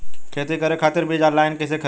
खेती करे खातिर बीज ऑनलाइन कइसे खरीदी?